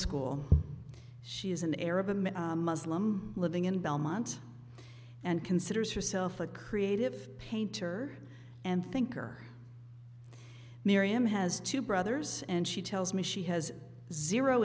school she is an arab i'm a muslim living in belmont and considers herself a creative painter and thinker miriam has two brothers and she tells me she has zero